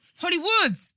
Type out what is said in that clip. Hollywood